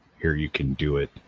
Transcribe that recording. here-you-can-do-it